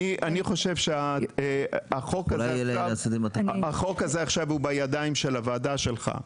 אני חושב שהחוק הזה עכשיו הוא בידיים של הוועדה שלך,